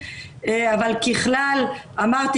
יש גם את הממונה על זרוע העבודה --- אבל למה לא העברתם לוועדה?